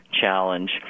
challenge